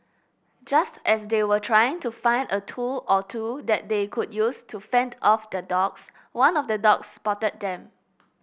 just as they were trying to find a tool or two that they could use to fend off the dogs one of the dogs spotted them